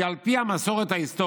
כי על פי המסורת ההיסטורית,